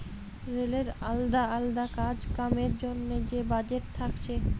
রেলের আলদা আলদা কাজ কামের জন্যে যে বাজেট থাকছে